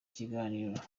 kiganiro